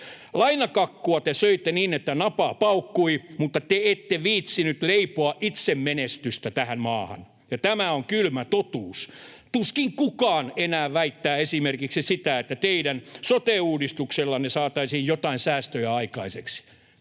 Lainakakkua te söitte niin, että napa paukkui, mutta te ette viitsineet leipoa itse menestystä tähän maahan, ja tämä on kylmä totuus. Tuskin kukaan enää väittää esimerkiksi sitä, että teidän sote-uudistuksellanne saataisiin joitain säästöjä aikaiseksi.